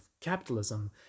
capitalism